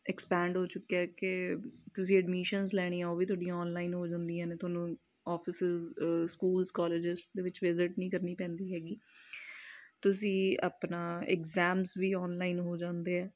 expand ਹੋ ਚੁੱਕਿਆ ਕਿ ਤੁਸੀਂ ਐਡਮਿਸ਼ਨਜ਼ ਲੈਣੀਆਂ ਉਹ ਵੀ ਤੁਹਾਡੀਆਂ ਔਨਲਾਈਨ ਹੋ ਜਾਂਦੀਆਂ ਨੇ ਤੁਹਾਨੂੰ ਔਫਿਸਜ਼ ਸਕੂਲਜ਼ ਕੋਲਜਿਸ ਦੇ ਵਿੱਚ ਵਿਜਿਟ ਨਹੀਂ ਕਰਨੀ ਪੈਂਦੀ ਹੈਗੀ ਤੁਸੀਂ ਆਪਣਾ ਐਗਜ਼ਾਮਸ ਵੀ ਔਨਲਾਈਨ ਹੋ ਜਾਂਦੇ ਆ